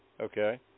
Okay